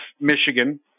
Michigan